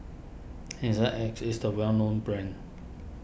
Hygin X is a well known brand